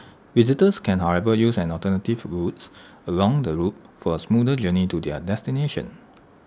visitors can however use alternative routes along the loop for A smoother journey to their destination